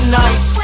nice